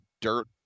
dirt